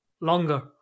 longer